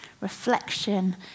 reflection